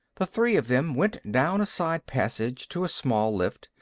the three of them went down a side passage to a small lift.